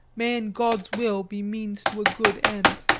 may in god's will be means to a good end.